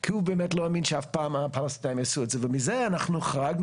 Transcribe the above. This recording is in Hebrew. כי הוא באמת לא האמין שאף פעם הפלסטינים יעשו את זה ומזה אנחנו חרגנו